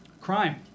Crime